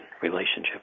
relationship